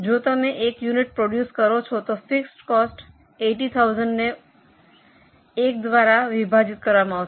જો તમે એક યુનિટ પ્રોડ્યૂસ કરો છો તો ફિક્સ કોસ્ટ 80000 ને 1 દ્વારા વિભાજિત કરવામાં આવશે